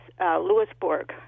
Lewisburg